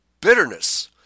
bitterness